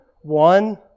one